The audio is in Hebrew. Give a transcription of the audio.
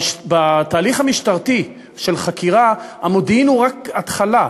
בתהליך המשטרתי של חקירה המודיעין הוא רק התחלה.